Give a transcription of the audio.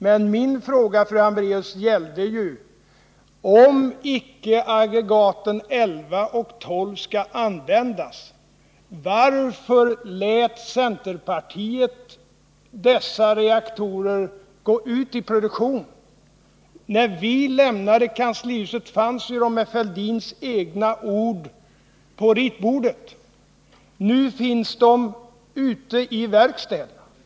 Men min fråga, fru Hambraeus, gällde ju: Om icke aggregaten 11 och 12 skall användas. varför lät centerpartiet dessa reaktorer gå ut i produktion? När vi lämnade kanslihuset fanns de ju, med Thorbjörn Fälldins egna ord, på ritbordet. Nu finns de ute i verkstäderna.